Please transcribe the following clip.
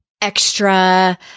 extra